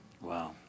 Wow